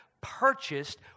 purchased